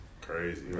crazy